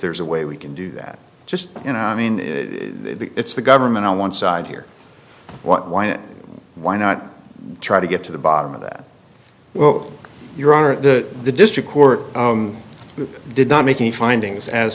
there's a way we can do that just you know i mean the it's the government on one side here why and why not try to get to the bottom of that well your honor the the district court did not make any findings as